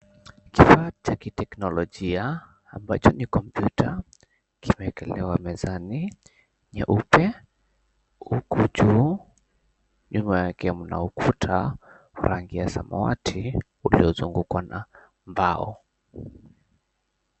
Kifaa cha kiteknolojia ambacho ni kompyuta kimewekelewa mezani, nyeupe huku juu nyuma yake kuna ukuta wa rangi ya samawati uliozungukwa na mbao.